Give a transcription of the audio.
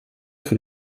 für